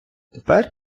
тепер